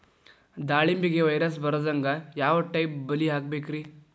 ದಾಳಿಂಬೆಗೆ ವೈರಸ್ ಬರದಂಗ ಯಾವ್ ಟೈಪ್ ಬಲಿ ಹಾಕಬೇಕ್ರಿ?